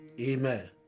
amen